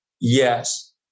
Yes